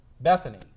Bethany